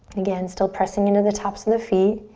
again, still pressing into the tops of the feet.